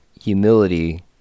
Humility